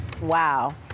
Wow